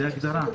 זו ההגדרה.